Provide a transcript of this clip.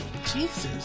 Jesus